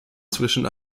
zwischen